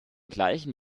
gleichen